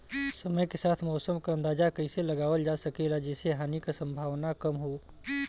समय के साथ मौसम क अंदाजा कइसे लगावल जा सकेला जेसे हानि के सम्भावना कम हो?